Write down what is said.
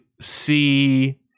see